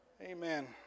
Amen